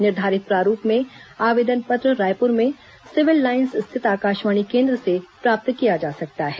निर्धारित प्रारूप में आवेदन पत्र रायपुर में सिविल लाईन्स स्थित आकाशवाणी केन्द्र से प्राप्त किया जा सकता है